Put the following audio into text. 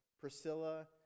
Priscilla